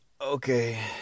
Okay